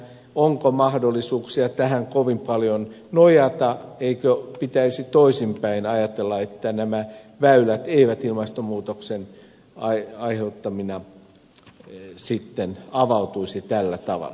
onko mahdollisuuksia tähän kovin paljon nojata eikö pitäisi toisinpäin ajatella että nämä väylät eivät ilmastonmuutoksen aiheuttamina sitten avautuisi tällä tavalla